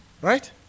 right